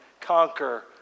conquer